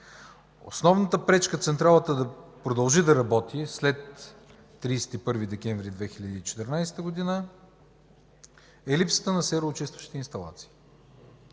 Основната пречка централата да продължи да работи след 31 декември 2014 г. е липсата на сероочистващи инсталации.